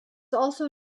also